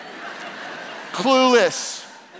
clueless